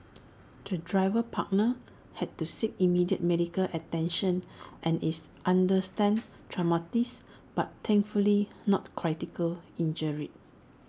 the driver partner had to seek immediate medical attention and is understand traumatised but thankfully not critically injured